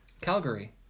Calgary